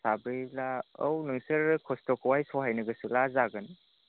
साब्रैब्ला औ नोंसोरो खस्थ'खौहाय सहायनो गोसोब्ला जागोन